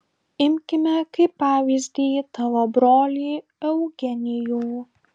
imkime kaip pavyzdį tavo brolį eugenijų